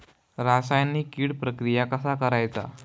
रासायनिक कीड प्रक्रिया कसा करायचा?